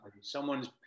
Someone's